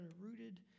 rooted